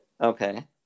Okay